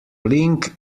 link